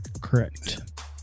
Correct